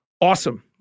Awesome